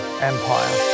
empire